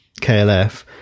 KLF